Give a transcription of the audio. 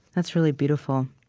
that's really beautiful.